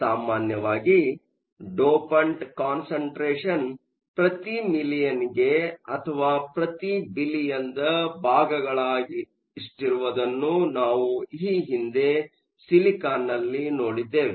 ನಿಮ್ಮ ವಿಶಿಷ್ಟ dopant concentration ಪ್ರತಿ ಮಿಲಿಯನ್ಗೆ ಅಥವಾ ಪ್ರತಿ ಬಿಲಿಯನ್ದ ಭಾಗಗಳಷ್ಟಿರುವುದನ್ನು ನಾವು ಈ ಹಿಂದೆ ಸಿಲಿಕಾನ್ನಲ್ಲಿ ನೋಡಿದ್ದೇವೆ